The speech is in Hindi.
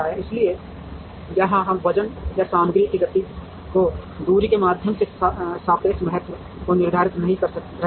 इसलिए यहां हम वजन या सामग्री की गति और दूरी के माध्यम से सापेक्ष महत्व को निर्धारित नहीं कर रहे हैं